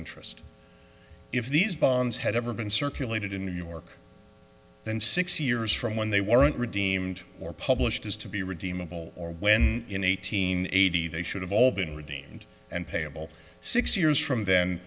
interest if these bonds had ever been circulated in new york then six years from when they weren't redeemed or published as to be redeemable or when in eighteen eighty they should have all been redeemed and payable six years from the